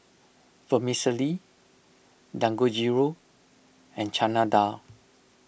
Vermicelli Dangojiru and Chana Dal